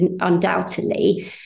undoubtedly